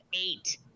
eight